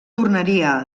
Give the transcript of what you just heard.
tornaria